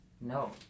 No